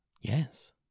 yes